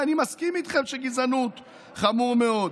ואני מסכים איתכם שגזענות זה חמור מאוד.